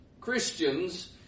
Christians